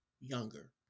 younger